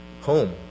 home